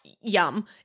Yum